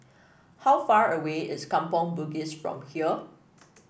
how far away is Kampong Bugis from here